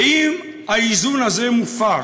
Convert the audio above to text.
ואם האיזון הזה מופר,